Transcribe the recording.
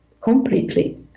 completely